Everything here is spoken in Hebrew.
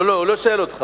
לא, הוא לא שואל אותך.